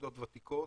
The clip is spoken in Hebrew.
יחידות ותיקות,